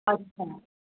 अच्छा